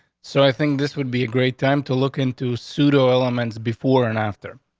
so i think this would be a great time to look into pseudo elements before and after.